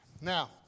now